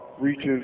reaches